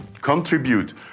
contribute